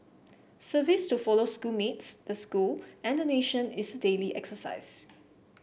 service to fellow school mates the school and the nation is a daily exercise